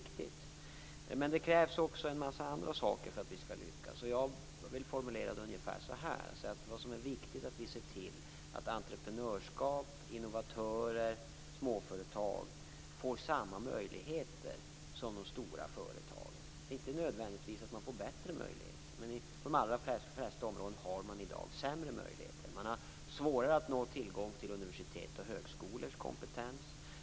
Men det krävs en mängd andra saker för att lyckas. Det är viktigt att vi ser till att entreprenörer, innovatörer, småföretagare får samma möjligheter som de stora företagen. Det innebär inte nödvändigtvis att de får bättre möjligheter. Men på de allra flesta områden har de i dag sämre möjligheter. Det är svårare att få tillgång till universitets och högskolekompetens.